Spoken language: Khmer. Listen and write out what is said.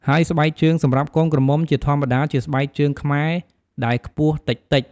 ហើយស្បែកជើងសម្រាប់កូនក្រមុំជាធម្មតាជាស្បែកជើងខ្មែរដែលខ្ពស់តិចៗ។